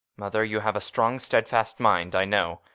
mother, you have a strong, steadfast mind, i know.